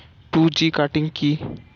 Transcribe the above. Two G cutting কি?